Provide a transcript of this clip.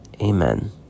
Amen